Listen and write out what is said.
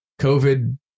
covid